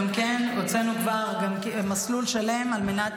גם כן הוצאנו כבר מסלול שלם על מנת